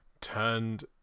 turned